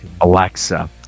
Alexa